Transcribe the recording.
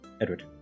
Edward